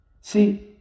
See